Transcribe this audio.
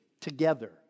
together